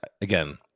again